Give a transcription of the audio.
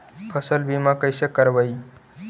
फसल बीमा कैसे करबइ?